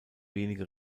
wenige